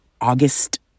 August